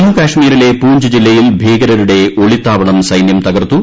ജമ്മു കാശ്മീരിലെ പൂഞ്ച് ജില്ലയിൽ ഭീകരരുടെ ഒളിത്താവളം സൈനൃം തകർത്തു